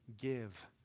give